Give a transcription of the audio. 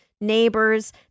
Neighbors